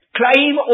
claim